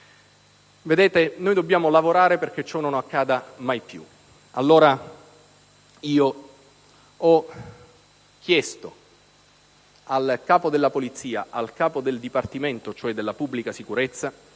ordinari. Noi dobbiamo lavorare perché ciò non accada mai più. Allora, ho chiesto al Capo della Polizia, al Capo del Dipartimento della pubblica sicurezza,